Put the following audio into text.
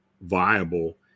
viable